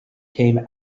came